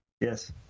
Yes